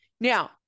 Now